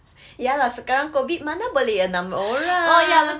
ya lah sekarang COVID mana boleh enam orang